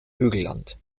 hügelland